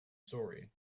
story